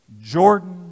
Jordan